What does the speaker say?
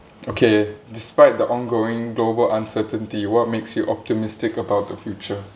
okay despite the ongoing global uncertainty what makes you optimistic about the future